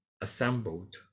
assembled